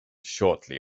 shortly